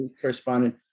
correspondent